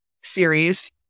series